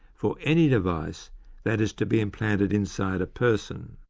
for any device that is to be implanted inside a person.